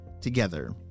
together